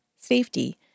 safety